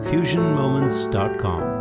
FusionMoments.com